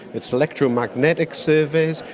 its electromagnetic surveys,